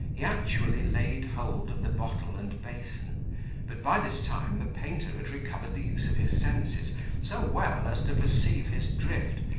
he actually laid hold of the bottle and basin but by this time the painter had recovered the use of his senses so well as to perceive his drift,